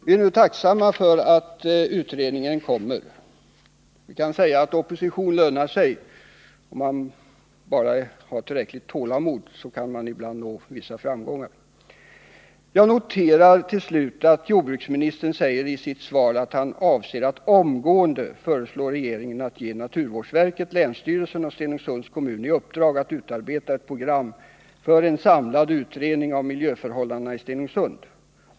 Vi är nu tacksamma över att utredningen kommer till stånd. Man kan säga att opposition lönar sig. Om man bara har tillräckligt med tålamod kan man ibland nå vissa framgångar. Jag noterar till slut att jordbruksministern säger i sitt svar att han avser att omgående föreslå regeringen att ge naturvårdsverket, länsstyrelsen och Stenungsunds kommun i uppdrag att utarbeta ett program för en samlad utredning om miljöförhållandena i Stenungsund.